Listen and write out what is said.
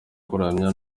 kuramya